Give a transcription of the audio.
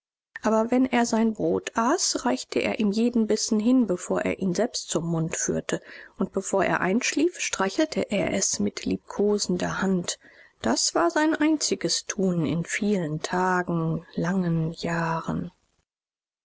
aber wenn er sein brot aß reichte er ihm jeden bissen hin bevor er ihn selbst zum mund führte und bevor er einschlief streichelte er es mit liebkosender hand das war sein einziges tun in vielen tagen langen jahren